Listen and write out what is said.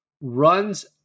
runs